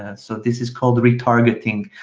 and so this is called retargeting.